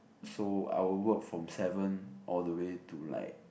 so I will work from seven all the way to like